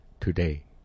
Today